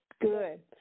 good